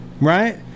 Right